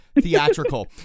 theatrical